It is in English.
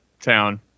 town